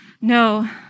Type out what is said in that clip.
No